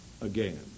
again